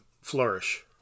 flourish